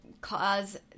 cause